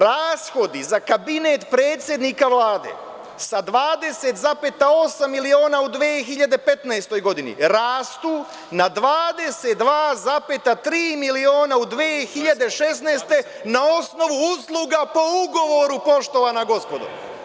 Rashodi za Kabinet predsednika Vlade sa 20,8 miliona u 2015. godini rastu na 22,3 miliona u 2016. godini na osnovu usluga po ugovoru, poštovana gospodo.